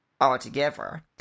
altogether